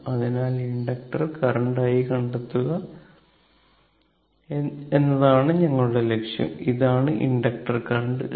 അതിനാൽ inductor current i കണ്ടെത്തുക എന്നതാണ് ഞങ്ങളുടെ ലക്ഷ്യം ഇതാണ് ഇൻഡക്ടർ കറന്റ് i